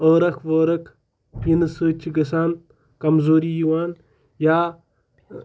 ٲرَکھ وٲرَکھ پیٖننہٕ سۭتۍ چھِ گژھان کمزوٗری یِوان یا